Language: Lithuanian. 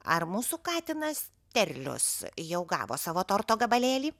ar mūsų katinas terlius jau gavo savo torto gabalėlį